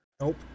Nope